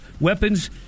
weapons